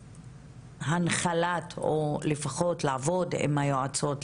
הנחלת או לפחות לעבוד עם היועצות,